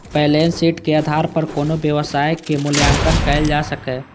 balance sheet के आधार पर कोनो व्यवसायक मूल्यांकन कैल जा सकैए